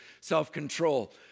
self-control